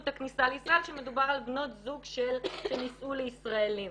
את הכניסה לישראל שמדובר על בנות זוג שנישאו לישראלים.